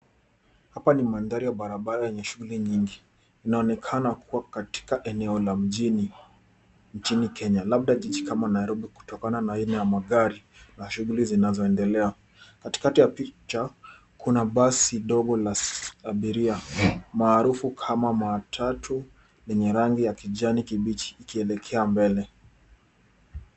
Hapa ni mandhari ya barabara yenye shughuli nyingi, inaonekana kuwa katika eneo la mjini Kenya labda mji kama Nairobi kutokana na aina ya magari na shughuli zinazoendelea katikati ya picha kuna basi dogo la abiria maarufu kama matatu yenye rangi ya kijani kibichi ikielekea mbele.